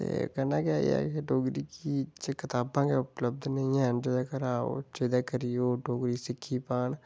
ते कन्नै गै एह् ऐ कि डोगरी च कताबां गै उपलब्ध निं हैन तां जेह्दे करी ओह् डोगरी सिक्खी पान